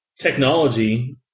technology